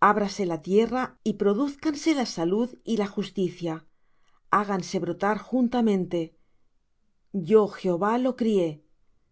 ábrase la tierra y prodúzcanse la salud y la justicia háganse brotar juntamente yo jehová lo crié